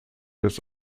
des